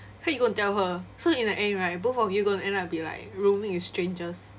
how you going to tell her so in like in the end right both of you going to end up be like rooming with strangers